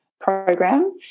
program